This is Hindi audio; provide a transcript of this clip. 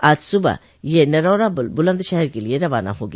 आज सुबह यह नरौरा बुलंदशहर के लिये रवाना हो गया